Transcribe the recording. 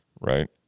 right